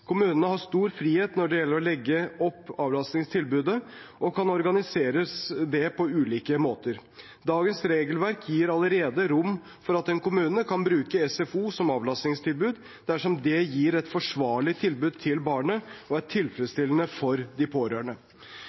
Kommunene har stor frihet når det gjelder å legge opp avlastningstilbudet, og det kan organiseres på ulike måter. Dagens regelverk gir allerede rom for at en kommune kan bruke SFO som avlastningstilbud dersom det gir et forsvarlig tilbud til barnet og er tilfredsstillende for de pårørende.